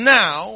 now